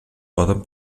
poden